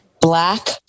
Black